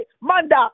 manda